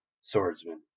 swordsman